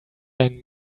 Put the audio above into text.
ein